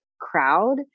crowd